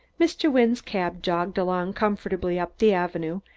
mr. wynne's cab jogged along comfortably up the avenue,